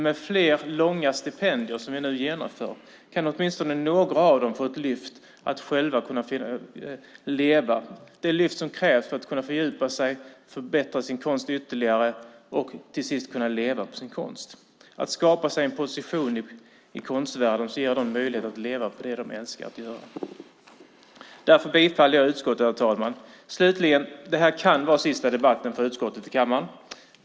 Med fler långa stipendier, vilket vi nu genomför, kan dock åtminstone några av dem få ett lyft - det lyft som krävs för att kunna fördjupa sig, förbättra sin konst ytterligare och till sist leva på sin konst. Det handlar om att skapa sig en position i konstvärlden som ger en möjlighet att leva på det man älskar att göra. Därför yrkar jag bifall till utskottets förslag, herr talman. Slutligen: Detta kan vara den sista debatten i kammaren för utskottet.